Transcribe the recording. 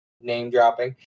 name-dropping